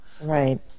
Right